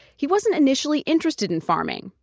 he wasn't initially interested in farming,